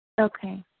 Okay